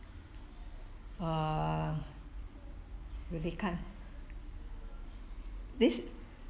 uh maybe can't this